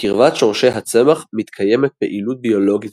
בקרבת שורשי הצמח מתקיימת פעילות ביולוגית